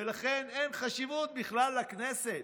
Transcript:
ולכן אין בכלל חשיבות לכנסת.